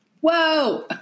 Whoa